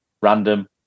random